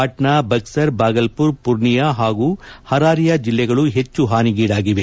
ಪಾಟ್ನಾ ಬಕ್ಸರ್ ಬಾಗಲ್ಪುರ್ ಪುರ್ನಿಯಾ ಹಾಗೂ ಹರಾರಿಯಾ ಜಿಲ್ಲೆಗಳು ಹೆಚ್ಚು ಹಾನಿಗೀಡಾಗಿವೆ